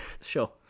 sure